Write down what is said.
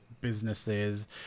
businesses